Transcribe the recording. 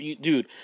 dude